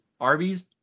Arby's